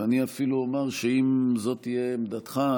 ואני אפילו אומר שאם זאת תהיה עמדתך,